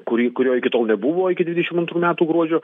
kurį kurio iki tol nebuvo iki dvidešim antrų metų gruodžio